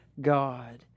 God